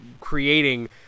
creating